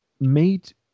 made